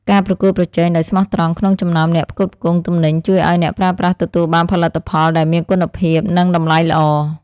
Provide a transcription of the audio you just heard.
ការប្រកួតប្រជែងដោយស្មោះត្រង់ក្នុងចំណោមអ្នកផ្គត់ផ្គង់ទំនិញជួយឱ្យអ្នកប្រើប្រាស់ទទួលបានផលិតផលដែលមានគុណភាពនិងតម្លៃល្អ។